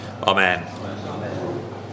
Amen